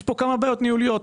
יש פה כמה בעיות ניהוליות.